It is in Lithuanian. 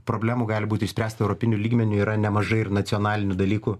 problemų gali būt išspręsta europiniu lygmeniu yra nemažai ir nacionalinių dalykų